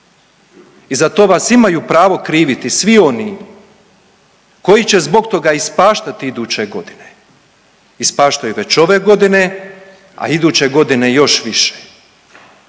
i za to vas imaju pravo kriviti svi oni koji će zbog toga ispaštati iduće godine, ispaštaju već ove godine, a iduće godine još više.